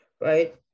right